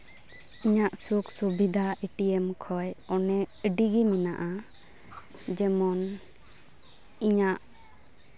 ᱤᱧᱟᱹᱜ ᱥᱩᱠ ᱥᱩᱵᱤᱫᱷᱟ ᱮᱴᱤᱮᱢ ᱠᱷᱚᱡ ᱚᱱᱮ ᱟᱹᱰᱤᱜᱮ ᱢᱮᱱᱟᱜᱼᱟ ᱡᱮᱢᱚᱱ ᱤᱧᱟᱹᱜ